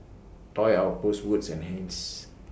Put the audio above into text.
Toy Outpost Wood's and Heinz